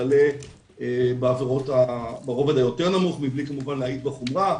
וכלה בעבירות ברובד היותר נמוך מבלי כמובן להמעיט בחומרה,